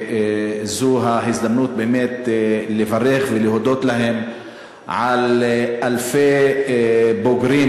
זו ההזדמנות באמת לברך ולהודות להם על אלפי בוגרים